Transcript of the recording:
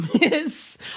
miss